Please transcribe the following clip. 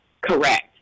Correct